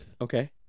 Okay